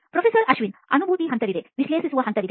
professor ಅಶ್ವಿನ್ಅನುಭೂತಿ ಹಂತವಿದೆ ವಿಶ್ಲೇಷಿಸುವ ಹಂತವಿದೆ